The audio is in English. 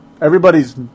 Everybody's